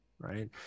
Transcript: right